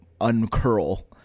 uncurl